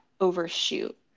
overshoot